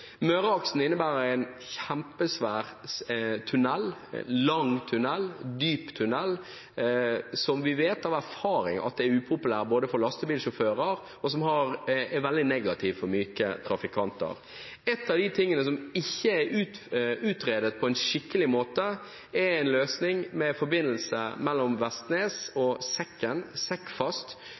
Møreaksen innebærer en kjempesvær tunnel – lang tunnel, dyp tunnel – som vi vet av erfaring er upopulær for lastebilsjåfører og veldig negativt for myke trafikanter. Et alternativ som ikke er utredet på en skikkelig måte, er en løsning med forbindelse mellom Vestnes og Sekken – Sekkfast